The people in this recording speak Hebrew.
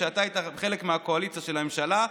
ואתה היית חלק מהקואליציה של הממשלה,